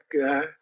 guy